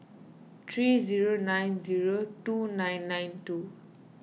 three zero nine zero two nine nine two